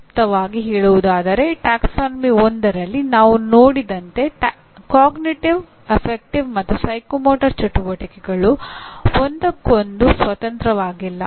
ಸಂಕ್ಷಿಪ್ತವಾಗಿ ಹೇಳುವುದಾದರೆ ಪ್ರವರ್ಗ 1 ರಲ್ಲಿ ನಾವು ನೋಡಿದಂತೆ ಅರಿವಿನ ಗಣನ ಮತ್ತು ಮನೋಪ್ರೇರಣಾ ಚಟುವಟಿಕೆಗಳು ಒಂದಕ್ಕೊಂದು ಸ್ವತಂತ್ರವಾಗಿಲ್ಲ